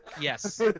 Yes